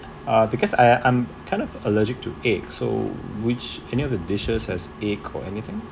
uh because I I'm kind of allergic to egg so which any other dishes has egg or anything